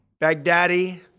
Baghdadi